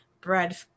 bread